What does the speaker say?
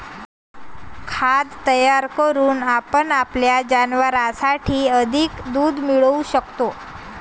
खाद्य तयार करून आपण आपल्या जनावरांसाठी अधिक दूध मिळवू शकतो